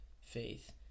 faith